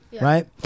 right